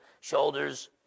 shoulders